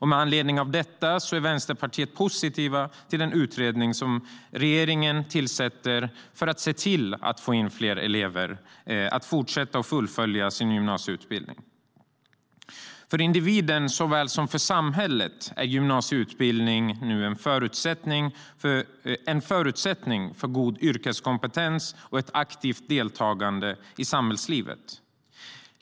Med anledning av det är vi i Vänsterpartiet positiva till den utredning som regeringen tillsätter för att se till att fler elever fortsätter och fullföljer sin gymnasieutbildning. För individen såväl som för samhället är gymnasieutbildning en förutsättning för god yrkeskompetens och ett aktivt deltagande i samhällslivet.